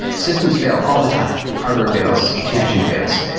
systems fails all the time. hardware fails. connection fails.